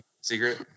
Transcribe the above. secret